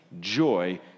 joy